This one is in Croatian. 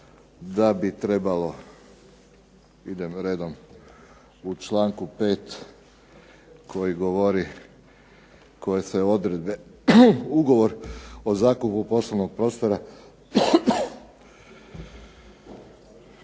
da bi trebalo, idem redom, u članku 5. koji govori koje sve odredbe ugovor o zakupu poslovnog prostora,